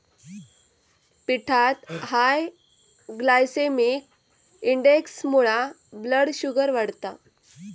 पिठात high glycaemic इंडेक्समुळा blood sugar वाढता